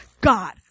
God